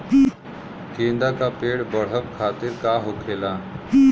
गेंदा का पेड़ बढ़अब खातिर का होखेला?